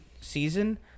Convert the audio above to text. season